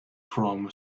from